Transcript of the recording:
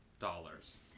dollars